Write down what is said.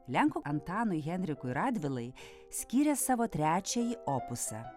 lenkų antanui henrikui radvilai skyrė savo trečiąjį opusą